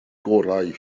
gorau